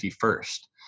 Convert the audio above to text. first